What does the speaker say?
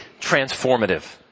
transformative